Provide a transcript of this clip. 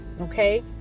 Okay